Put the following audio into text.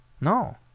No